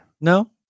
No